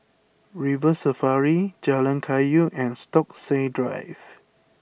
River Safari Jalan Kayu and Stokesay Drive